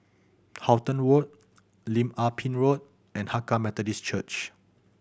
Halton Road Lim Ah Pin Road and Hakka Methodist Church